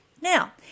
Now